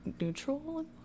neutral